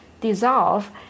dissolve